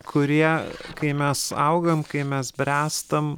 kurie kai mes augam kai mes bręstam